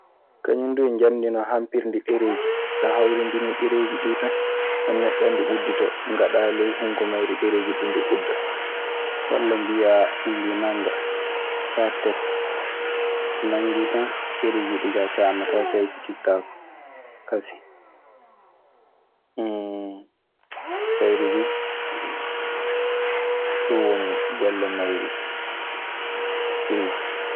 Kañum duu yo njamndi hammpirndi ɗereeji. Sa a hawrindini ɗereeji ɗii tan, a ñoƴƴan ndi udditoo, ngaɗaa ley hunko mayri ɗereeji ɗii ndi udda. Walla mbiyaa ndi nannga faa tekka. So nanngii tan ɗereeji ɗii kaa caamataa, caykitittaako kasen.